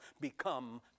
become